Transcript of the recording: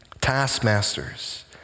taskmasters